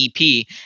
ep